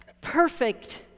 Perfect